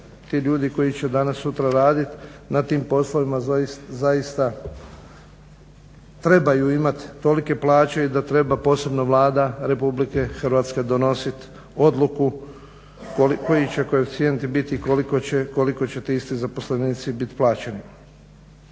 ti ljudi koji će danas sutra raditi na tim poslovima zaista trebaju imati tolike plaće i da treba posebno Vlada Republike Hrvatske donositi odluku koji će koeficijenti biti i koliko će ti isti zaposlenici biti plaćeni.